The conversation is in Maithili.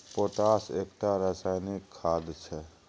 पोटाश एकटा रासायनिक खाद छै